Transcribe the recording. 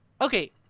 Okay